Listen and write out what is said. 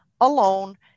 alone